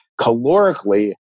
calorically